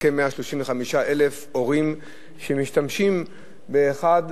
כ-135,000 הורים שמשתמשים באחד